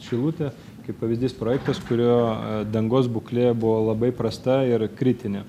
šilutė kaip pavyzdys projektas kurio dangos būklė buvo labai prasta ir kritinė